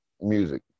music